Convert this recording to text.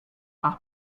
haz